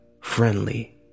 friendly